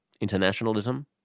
internationalism